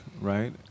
right